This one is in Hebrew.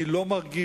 אני לא מרגיש